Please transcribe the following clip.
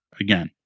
again